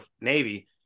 Navy